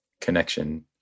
connection